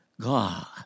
God